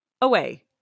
away